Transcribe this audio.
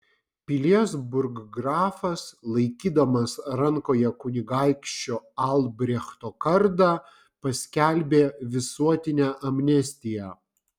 pilies burggrafas laikydamas rankoje kunigaikščio albrechto kardą paskelbė visuotinę amnestiją